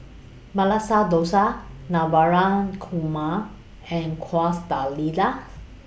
Masala Dosa Navratan Korma and Quesadillas